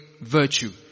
virtue